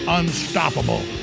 unstoppable